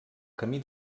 camí